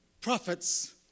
prophets